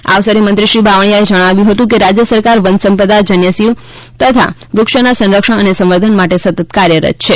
આ અવસરે મંત્રીશ્રી બાવળીયાએ જણાવ્યું હતું કે રાજ્ય સરકાર વન સંપદા જન્યજીવ તથા વૃક્ષોના સંરક્ષણ અને સંવર્ધન માટે સતત કાર્યરત છે